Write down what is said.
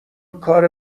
کار